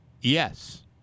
Yes